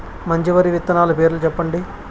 మంచి వరి విత్తనాలు పేర్లు చెప్పండి?